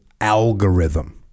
algorithm